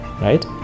right